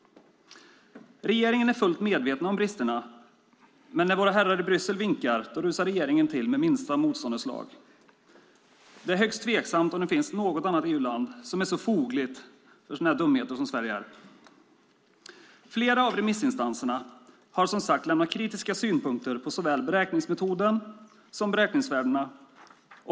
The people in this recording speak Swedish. Regeringen är fullt medveten om bristerna. Men när våra herrar i Bryssel vinkar rusar regeringen till med minsta motståndets lag. Det är högst tveksamt om det finns något annat EU-land som är så fogligt som Sverige när det gäller sådana dumheter. Flera av remissinstanserna har som sagt lämnat kritiska synpunkter på såväl beräkningsmetoden som beräkningsvärdena.